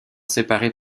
séparées